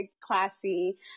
classy